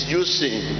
using